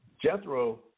jethro